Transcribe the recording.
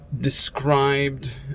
described